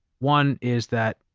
one is that,